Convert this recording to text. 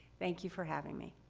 thank you for having me.